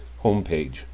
homepage